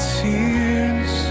tears